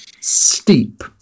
steep